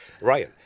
Ryan